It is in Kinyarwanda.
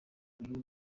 uyu